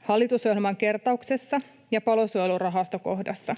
hallitusohjelman kertauksessa ja Palosuojelurahasto-kohdassa.